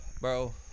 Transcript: Bro